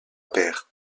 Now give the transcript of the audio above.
pair